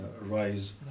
rise